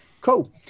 cool